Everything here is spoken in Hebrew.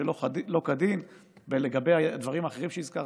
שלא כדין ולגבי הדברים האחרים שהזכרת,